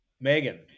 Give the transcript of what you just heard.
Megan